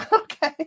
okay